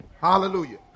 Hallelujah